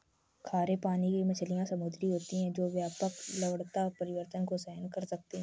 खारे पानी की मछलियाँ समुद्री होती हैं जो व्यापक लवणता परिवर्तन को सहन कर सकती हैं